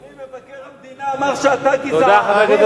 אדוני, מבקר המדינה אמר שאתה גזען.